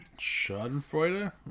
Schadenfreude